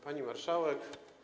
Pani Marszałek!